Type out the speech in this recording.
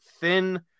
thin